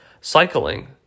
cycling